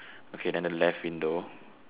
okay then the left window